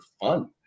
fun